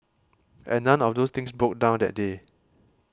and none of those things broke down that day